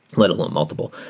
let alone multiple.